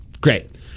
Great